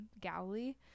Galilee